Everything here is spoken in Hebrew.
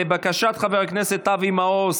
לבקשת חבר הכנסת אבי מעוז